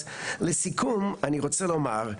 אז לסיכום אני רוצה לומר,